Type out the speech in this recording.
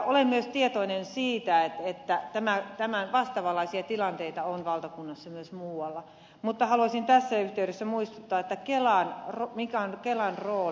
olen myös tietoinen siitä että vastaavanlaisia tilanteita on valtakunnassa myös muualla mutta haluaisin tässä yhteydessä muistuttaa mikä on kelan rooli